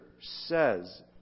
says